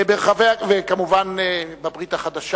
וכמובן בברית החדשה